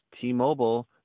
T-Mobile